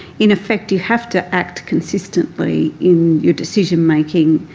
in effect, you have to act consistently in your decision-making,